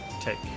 take